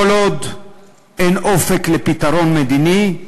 כל עוד אין אופק לפתרון מדיני,